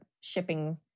shipping